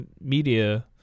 media